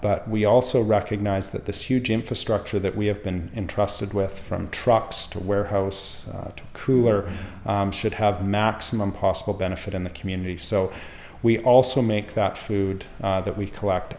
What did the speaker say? but we also recognize that this huge infrastructure that we have been entrusted with from trucks to warehouse to crew or should have maximum possible benefit in the community so we also make that food that we collect